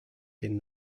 den